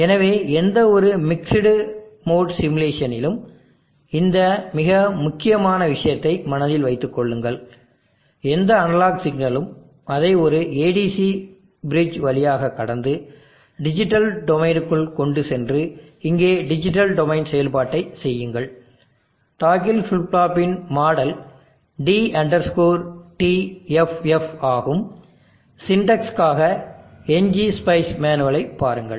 எனவே எந்தவொரு mixed mode சிமுலேஷனிலும் இந்த மிக முக்கியமான விஷயத்தை மனதில் வைத்துக் கொள்ளுங்கள் எந்த அனலாக் சிக்னலும் அதை ஒரு ADC பிரிட்ஜ் வழியாக கடந்து டிஜிட்டல் டொமைனுக்குள் கொண்டு சென்று இங்கே டிஜிட்டல் டொமைன் செயல்பாட்டைச் செய்யுங்கள் டாக்கில் ஃபிளிப் ஃப்ளாப்பின் மாடல் d tff ஆகும் சின்டெக்ஸ்காக ngspice மேனுவலை பாருங்கள்